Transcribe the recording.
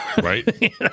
Right